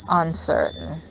uncertain